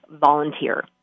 volunteer